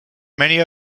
many